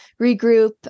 regroup